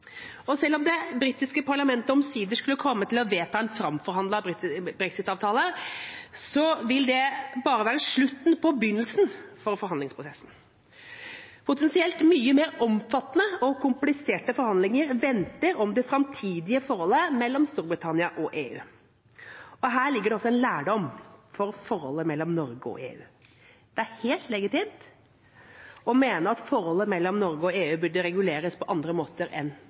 Og selv om det britiske parlamentet omsider skulle komme til å vedta en framforhandlet brexit-avtale, vil det bare være slutten på begynnelsen for forhandlingsprosessen. Potensielt mye mer omfattende og kompliserte forhandlinger venter om det framtidige forholdet mellom Storbritannia og EU. Og her ligger det også en lærdom for forholdet mellom Norge og EU: Det er helt legitimt å mene at forholdet mellom Norge og EU bør reguleres på andre måter enn